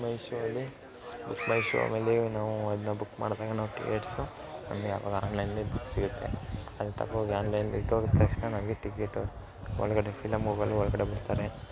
book ಮೈ show BookMyShow ಅಲ್ಲಿ ನಾವು ಅದನ್ನ ಬುಕ್ ಮಾಡಿದಾಗ ನಾವು ಟಿಕೆಟ್ಸು ಅಲ್ಲಿ ಅವಾಗ ಆನ್ಲೈನಲ್ಲಿ ಬುಕ್ ಸಿಗುತ್ತೆ ಅದನ್ನ ತಗೋ ಹೋಗಿ ಆನ್ಲೈನಲ್ಲಿ ತೋರ್ಸಿದ ತಕ್ಷಣ ನಮಗೆ ಟಿಕೆಟು ಒಳಗಡೆ ಫಿಲಮ್ ಹೋಗಲು ಒಳಗಡೆ ಬಿಡ್ತಾರೆ